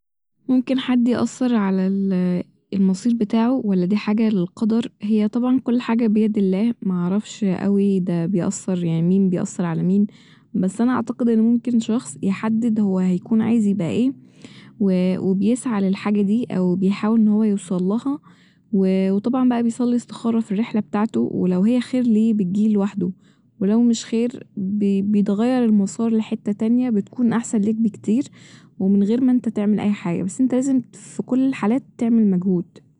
ممكن حد يأثر على ال- المصير بتاعه ولا دي حاجة للقدر ، هي طبعا كل حاجة بيد الله معرفش أوي ده بيأثريعني مين بيأثرعلى مين بس انا اعتقد إن ممكن شخص يحدد هو هيكون عايز يبقى ايه و و بيسعى للحاجة دي أو بيحاول إن هو يوصلها و و طبعا بقى بيصلي استخارة ف الرحلة بتاعته ولو هي خير ليه بتجي لوحده ولو مش خير ب- بيتغير المسار لحتة تانية بتكون احسن ليك بكتير ومن غير ما انت تعمل اي حاجة بس انت لازم ت ف كل الحالات تعمل مجهود